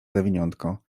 zawiniątko